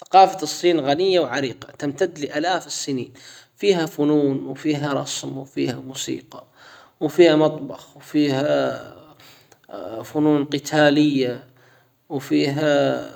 ثقافة الصين غنية وعريقة تمتد لألاف السنين فيها فنون وفيها رسم وفيها موسيقى وفيها مطبخ وفيها فنون قتاليه وفيها